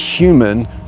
human